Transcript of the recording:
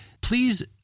please